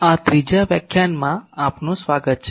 આ ત્રીજા વ્યાખ્યાનમાં આપનું સ્વાગત છે